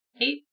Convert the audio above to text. eight